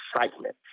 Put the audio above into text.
excitement